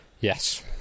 Yes